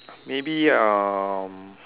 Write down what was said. maybe um